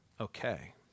okay